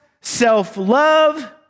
self-love